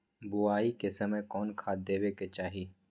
बोआई के समय कौन खाद देवे के चाही?